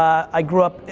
i grew up,